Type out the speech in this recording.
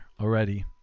already